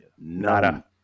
Nada